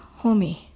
homie